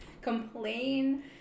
complain